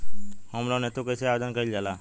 Home loan हेतु कइसे आवेदन कइल जाला?